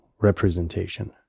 representation